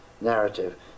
narrative